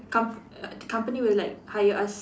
com~ err company will like hire us